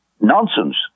nonsense